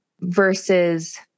versus